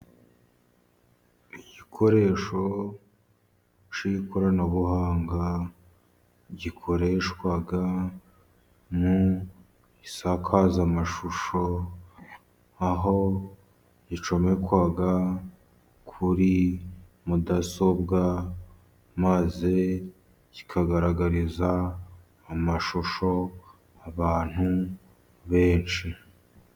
Igikoresho cy'ikoranabuhanga gikoreshwa mu isakazamashusho, aho gicomekwa kuri mudasobwa, maze kikagaragariza amashusho abantu benshi.